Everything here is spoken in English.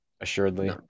assuredly